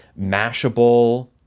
Mashable